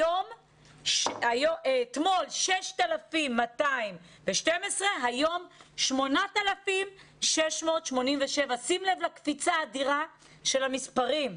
אתמול 6,212 והיום 8,687 שים לב לקפיצה האדירה במספרים.